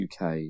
UK